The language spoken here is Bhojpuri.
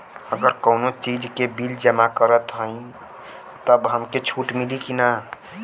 अगर कउनो चीज़ के बिल जमा करत हई तब हमके छूट मिली कि ना?